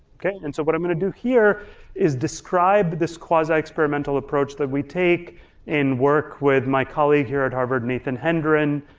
okay? and so what i'm gonna do here is describe this quasi-experimental approach that we take and work with my colleague here at harvard, nathan hendren,